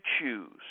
choose